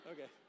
Okay